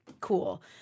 cool